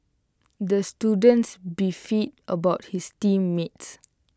the student beefed about his team mates